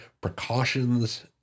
precautions